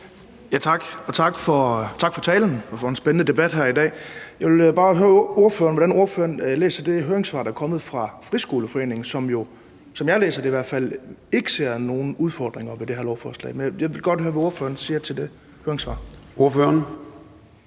(S): Tak, og tak for talen og for en spændende debat her i dag. Jeg vil bare høre ordføreren, hvordan ordføreren læser det høringssvar, der er kommet fra Friskoleforeningen, som jo, i hvert fald som jeg læser det, ikke ser nogen udfordringer ved det her lovforslag. Jeg vil godt høre, hvad ordføreren siger til det høringssvar. Kl.